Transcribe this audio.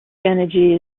energy